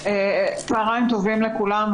צוהריים טובים לכולם.